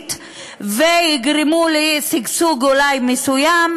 הברית ואולי יגרמו לשגשוג מסוים,